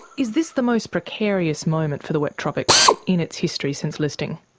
is this the most precarious moment for the wet tropics in its history since listing?